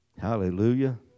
Hallelujah